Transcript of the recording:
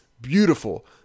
beautiful